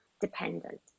dependent